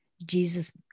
Jesus